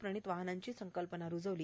प्रणित वाहनांची संकल्पना रूजवली